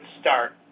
start